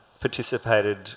participated